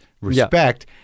respect